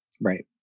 Right